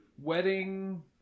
wedding